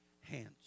hands